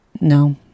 No